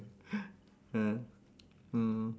ah mm